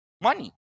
money